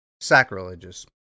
sacrilegious